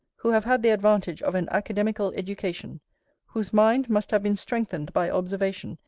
who have had the advantage of an academical education whose mind must have been strengthened by observation,